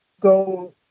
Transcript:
go